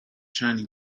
chaney